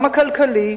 גם הכלכלי,